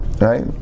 right